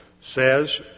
says